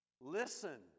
Listen